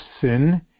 sin